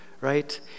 right